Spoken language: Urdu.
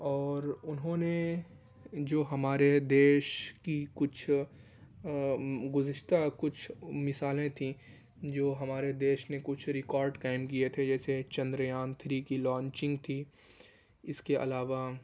اور انہوں نے جو ہمارے دیش کی کچھ گزشتہ کچھ مثالیں تھیں جو ہمارے دیش نے کچھ ریکارڈ قائم کیے تھے جیسے چندریان تھری کی لانچنگ تھی اس کے علاوہ